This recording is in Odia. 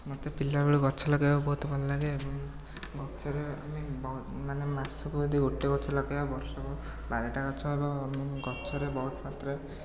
ମୋତେ ପିଲାବେଳୁ ଗଛ ଲଗାଇବାକୁ ବହୁତ ଭଲଲାଗେ ଏବଂ ଗଛରେ ଆମେ ବ ମାନେ ମାସକୁ ଯଦି ଗୋଟେ ଗଛ ଲଗେଇବା ବର୍ଷକୁ ବାରଟା ଗଛ ହେବ ଗଛରେ ବହୁତ ମାତ୍ରାରେ